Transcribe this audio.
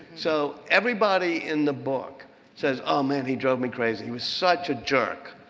so everybody in the book says, oh man, he drove me crazy. he was such a jerk.